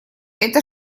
это